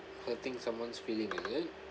hurting someone's feeling is it